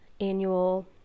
annual